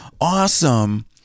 awesome